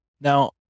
Now